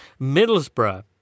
Middlesbrough